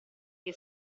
che